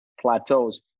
plateaus